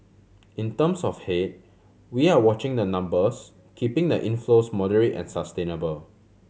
in terms of head we are watching the numbers keeping the inflows moderate and sustainable